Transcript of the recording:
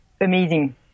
amazing